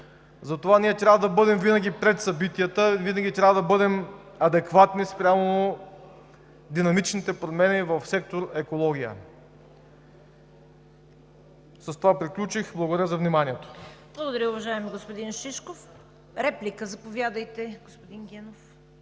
Затова ние трябва да бъдем винаги пред събитията, винаги трябва да бъдем адекватни спрямо динамичните промени в сектор „Екология“. С това приключих. Благодаря за вниманието. ПРЕДСЕДАТЕЛ ЦВЕТА КАРАЯНЧЕВА: Благодаря, уважаеми господин Шишков. Реплика – Заповядайте, господин Генов.